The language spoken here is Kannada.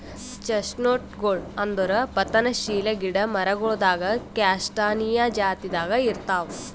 ಚೆಸ್ಟ್ನಟ್ಗೊಳ್ ಅಂದುರ್ ಪತನಶೀಲ ಗಿಡ ಮರಗೊಳ್ದಾಗ್ ಕ್ಯಾಸ್ಟಾನಿಯಾ ಜಾತಿದಾಗ್ ಇರ್ತಾವ್